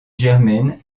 germaine